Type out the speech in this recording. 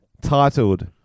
Titled